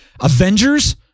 Avengers